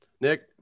Nick